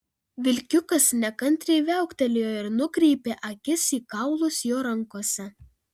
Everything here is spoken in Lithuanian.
vilkiukas nekantriai viauktelėjo ir nukreipė akis į kaulus jo rankose